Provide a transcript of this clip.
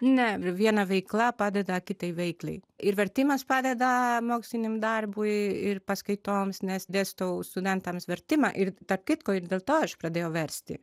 ne viena veikla padeda kitai veiklai ir vertimas padeda moksliniam darbui ir paskaitoms nes dėstau studentams vertimą ir tarp kitko ir dėl to aš pradėjau versti